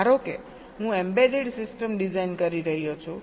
ધારો કે હું એમ્બેડેડ સિસ્ટમ ડિઝાઇન કરી રહ્યો છું